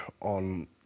on